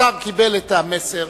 השר קיבל את המסר.